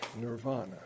nirvana